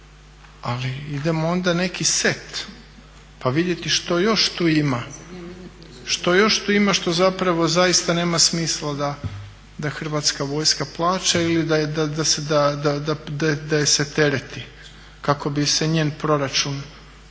ali idemo onda neki set pa vidjeti što još tu ima što zapravo zaista nema smisla da Hrvatska vojska plaća ili da je se tereti kako bi se njen proračun